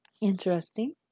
Interesting